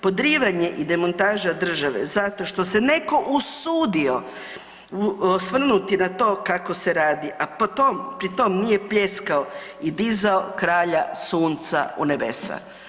Podrivanje i demontaža države zato što se neko usudio osvrnuti na to kako se radi, a pri tom nije pljeskao i dizao kralja sunca u nebesa.